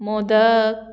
modak